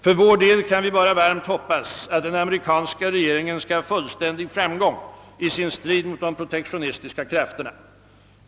För vår del kan vi bara varmt hoppas att den amerikanska regeringen skall ha fullständig framgång i sin strid mot de protektionistiska krafterna.